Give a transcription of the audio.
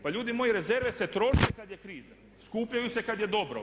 Pa ljudi moji rezerve se troše kada je kriza, skupljaju se kada je dobro.